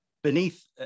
beneath